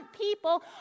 people